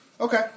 Okay